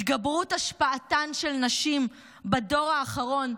התגברות השפעתן של נשים בדור האחרון,